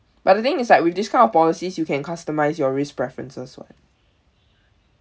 but the thing is like with this kind of policies you can customize your risk preferences [one]